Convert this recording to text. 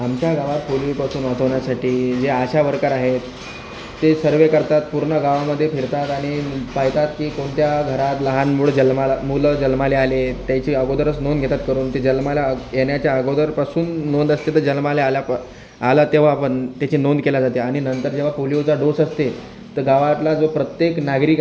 आमच्या गावात पोलिओपासून वाचवण्यासाठी ज्या आशा वर्कर आहेत ते सर्वे करतात पूर्ण गावामध्ये फिरतात आणि पाहतात की तुमच्या घरात लहान मूळ जन्माला मुलं जन्माला आले त्याची अगोदरच नोंद घेतात करून ते जन्माला आग येण्याच्या अगोदरपासून नोंद असते तर जन्माला आला आला तेव्हा पण त्याची नोंद केला जाते आणि नंतर जेव्हा पोलिओचा डोस असते तर गावातला जो प्रत्येक नागरिक आहे